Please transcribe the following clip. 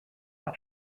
par